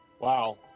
Wow